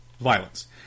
Violence